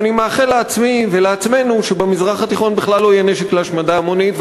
ואני מאחל לעצמי ולעצמנו שבמזרח התיכון בכלל לא יהיה נשק להשמדה המונית,